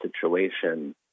situation